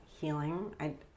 healing